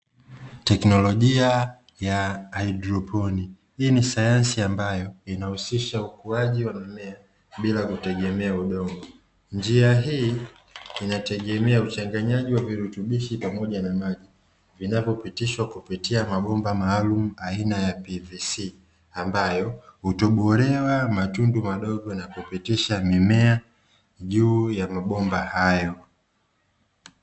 Teknolojia ya haidroponi, hii ni sayansi ambayo uhusisha ukuaji wa mimea bila kutegemea udongo. Njia hii inategemea uchanganyaji wa virutubishi pamoja na maji, vinavyopitishwa kupitia mabomba maalumu aina ya "PVC", ambayo hutobolewa matundu madogo na kupitisha mimea ya mabomba hayo.